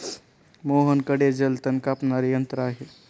मोहनकडे जलतण कापणारे यंत्र आहे